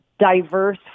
diverse